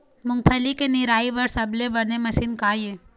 मूंगफली के निराई बर सबले बने मशीन का ये?